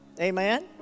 amen